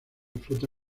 flota